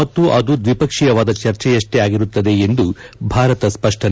ಮತ್ತು ಅದು ದ್ವಿಪಕ್ಷೀಯವಾದ ಚರ್ಚೆಯಷ್ಲೇ ಆಗಿರುತ್ತದೆ ಎಂದು ಭಾರತ ಸ್ಪಷ್ಟನೆ